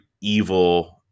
evil